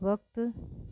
वक़्तु